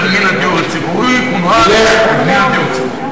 מן הדיור הציבורי ייועד לבניית דיור ציבורי.